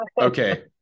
okay